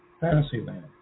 Fantasyland